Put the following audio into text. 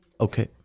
Okay